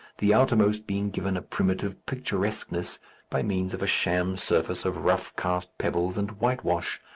the outermost being given a primitive picturesqueness by means of a sham surface of rough-cast pebbles and white-wash,